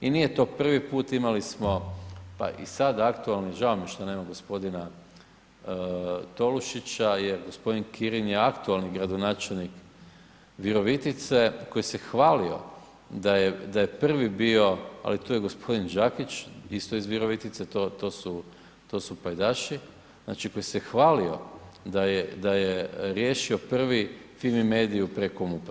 I nije to prvi put, imali smo, pa i sad, aktualni, žao mi je što nema g. Tolušića jer g. Kirin je aktualni gradonačelnik Virovitice koji se hvalio da je prvi bio, ali tu je g. Đakić, isto iz Virovitice, to su pajdaši, znači, koji se hvalio da je riješio prvi Fimi mediju preko MUP-a.